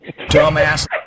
Dumbass